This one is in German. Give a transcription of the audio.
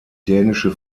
dänische